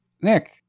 nick